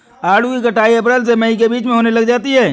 आड़ू की कटाई अप्रैल से मई के बीच होने लग जाती है